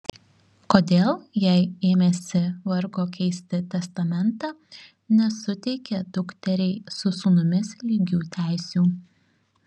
kodėl jei ėmėsi vargo keisti testamentą nesuteikė dukteriai su sūnumis lygių teisių